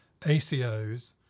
ACOs